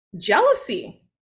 jealousy